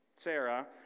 Sarah